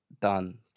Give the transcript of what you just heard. done